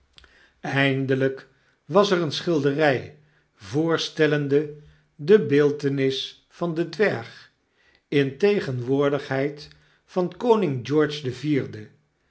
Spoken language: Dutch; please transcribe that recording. eindelyk was er eene schilderij voorstellende de beeltenis van den dwerg in tegenwoordigheid van koning george den vierden